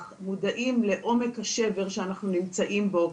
מודעים לעומק השבר שאנחנו נמצאים בו.